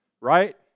Right